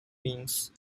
means